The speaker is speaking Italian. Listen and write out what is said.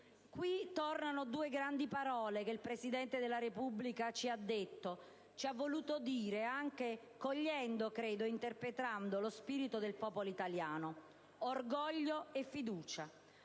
Qui tornano due grandi parole che il Presidente della Repubblica ha pronunciato, anche cogliendo ed interpretando, credo, lo spirito del popolo italiano: orgoglio e fiducia,